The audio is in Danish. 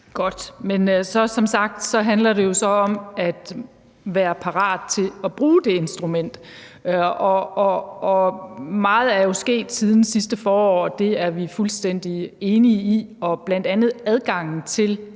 Godt, men som sagt handler det jo så om at være parat til at bruge det instrument, og meget er jo sket siden sidste forår, og det er vi fuldstændig enige i, og bl.a. adgangen til